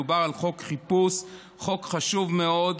מדובר על חוק חיפוש, חוק חשוב מאוד,